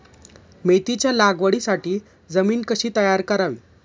मेथीच्या लागवडीसाठी जमीन कशी तयार करावी?